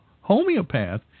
homeopath